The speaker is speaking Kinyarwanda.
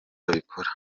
babikora